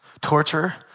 Torture